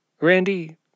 Randy